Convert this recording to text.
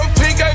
pink